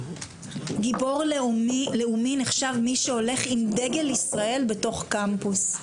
גיבור לאומי נחשב מי הולך עם דגל ישראל בתוך קמפוס.